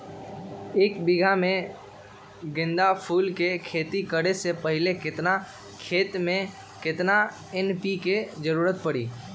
एक बीघा में गेंदा फूल के खेती करे से पहले केतना खेत में केतना एन.पी.के के जरूरत परी?